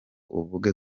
uvuge